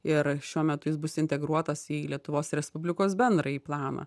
ir šiuo metu jis bus integruotas į lietuvos respublikos bendrąjį planą